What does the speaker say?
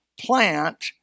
plant